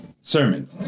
sermon